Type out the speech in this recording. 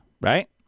Right